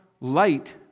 light